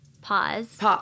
pause